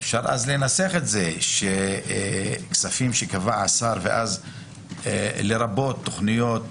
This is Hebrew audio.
אפשר אז לנסח את זה שכספים שקבע השר ואז לרבות תכניות